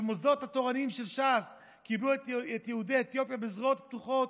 והמוסדות התורניים של ש"ס קיבלו את יהודי אתיופיה בזרועות פתוחות.